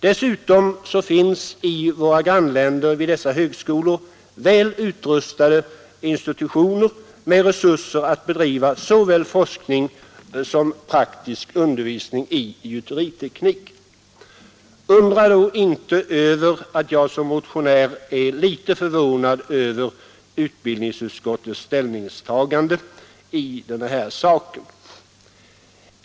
Dessutom finns i våra grannländer vid dessa högskolor väl utrustade institutioner med resurser att bedriva forskning som praktisk undervisning i gjuteriteknik. Undra då inte över att jag som motionär är litet förvånad över utbildningsutskottets ställningstagande i denna sak!